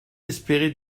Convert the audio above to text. espérer